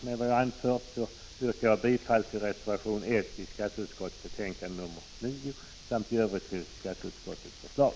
Med vad jag anfört yrkar jag bifall till reservationen vid skatteutskottets betänkande samt i övrigt bifall till utskottets förslag.